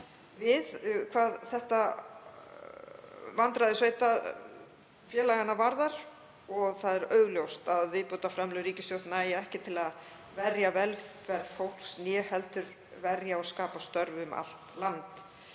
við hvað vandræði sveitarfélaganna varðar og það er augljóst að viðbótarframlög ríkissjóðs nægja hvorki til að verja velferð fólks né heldur að verja og skapa störf um allt land.